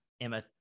Emma